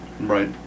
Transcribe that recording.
Right